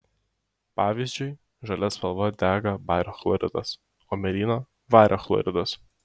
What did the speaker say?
pavyzdžiui žalia spalva dega bario chloridas o mėlyna vario chloridas